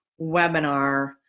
webinar